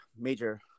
major